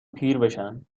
پیربشن